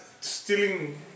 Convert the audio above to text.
stealing